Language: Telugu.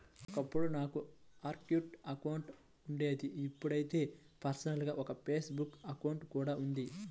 ఒకప్పుడు నాకు ఆర్కుట్ అకౌంట్ ఉండేది ఇప్పుడైతే పర్సనల్ గా ఒక ఫేస్ బుక్ అకౌంట్ కూడా ఉంది